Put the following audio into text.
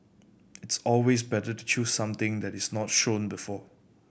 it's always better to choose something that is not shown before